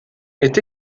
ait